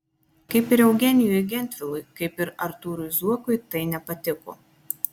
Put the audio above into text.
kaip ir eugenijui gentvilui kaip ir artūrui zuokui tai nepatiko